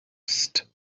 psst